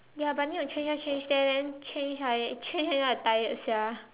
ya but need to change here change there then change I change change until I tired sia